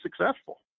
successful